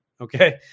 okay